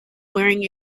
wearing